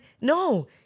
no